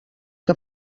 que